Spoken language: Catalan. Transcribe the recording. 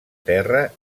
terra